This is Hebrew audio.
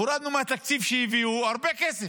הורדנו מהתקציב שהביאו הרבה כסף.